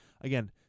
Again